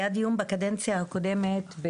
היה דיון בקדנציה הקודמת,